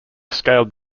scaled